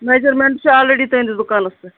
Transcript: measurement چھُ already تُہٕنٛدِس دُکانس پیٹھ